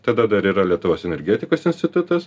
tada dar yra lietuvos energetikos institutas